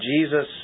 Jesus